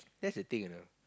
that's the thing you know